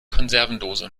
konservendose